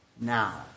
now